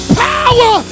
power